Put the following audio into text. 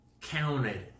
counted